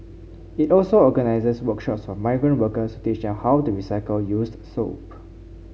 it also organises workshops for migrant workers to teach them how to recycle used soap